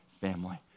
family